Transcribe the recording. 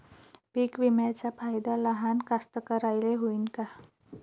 पीक विम्याचा फायदा लहान कास्तकाराइले होईन का?